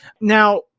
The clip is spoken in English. now